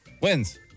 wins